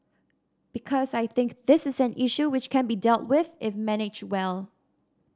because I think this is an issue which can be dealt with if managed well